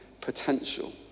potential